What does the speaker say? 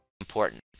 Important